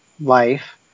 life